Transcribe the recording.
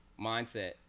mindset